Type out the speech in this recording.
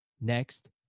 Next